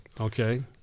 Okay